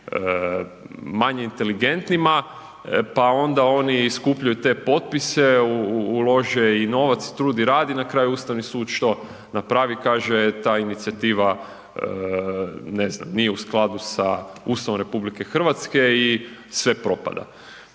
manje inteligentnima pa onda oni skupljaju te potpise, ulože i novac i trud i rad i na kraju Ustavni sud, što napravi, kaže ta inicijativa ne znam, nije u skladu sa Ustavom RH i sve propada.